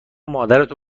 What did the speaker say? مادرتو